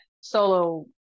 solo